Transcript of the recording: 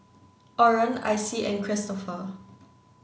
Orren Icy and Kristoffer